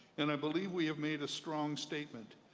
and i believe we have made a strong statement.